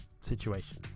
situation